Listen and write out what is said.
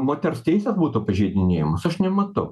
moters teisės būtų pažeidinėjamos aš nematau